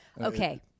Okay